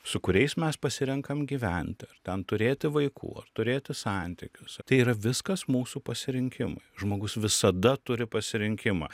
su kuriais mes pasirenkam gyventi ar ten turėti vaikų ar turėti santykius tai yra viskas mūsų pasirinkimui žmogus visada turi pasirinkimą